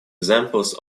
examples